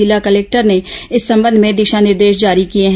जिला कलेक्टर ने इस संबंध में दिशा निर्देश जारी किए हैं